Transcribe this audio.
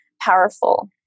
powerful